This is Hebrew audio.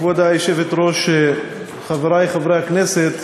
כבוד היושבת-ראש, חברי חברי הכנסת,